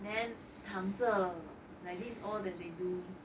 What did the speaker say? then 躺着 like this all that they do